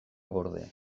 gorde